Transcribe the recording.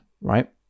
right